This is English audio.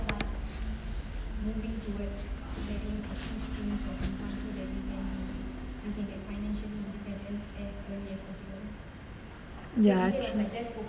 ya true